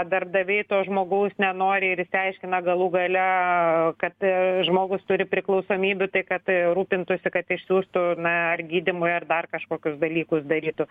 darbdaviai to žmogaus nenori ir išsiaiškina galų gale kad žmogus turi priklausomybių tai kad rūpintųsi kad išsiųstų na ar gydymui ar dar kažkokius dalykus darytų